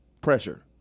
pressure